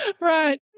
Right